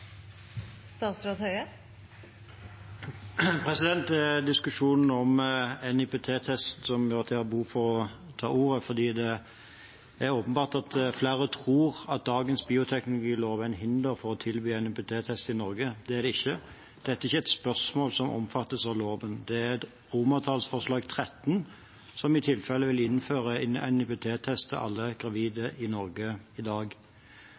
Det var diskusjonen om NIPT-test som gjorde at jeg har behov for å ta ordet, fordi det er åpenbart at flere tror at dagens bioteknologilov er et hinder for å tilby NIPT-test i Norge. Det er det ikke, dette er ikke et spørsmål som omfattes av loven. Det er forslaget til vedtak XIII som i tilfelle vil innføre en NIPT-test til alle gravide i Norge i dag.